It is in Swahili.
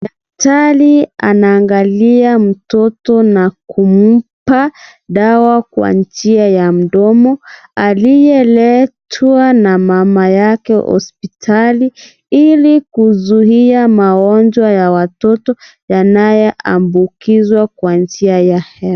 Daktari anaangalia mtoto na kumpa dawa kwa njia ya mdomo aliyeletwa na mama yake hospitali ili kuzuia magonjwa ya watoto yanayoambukizwa kwa njia ya hewa.